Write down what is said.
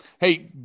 Hey